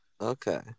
Okay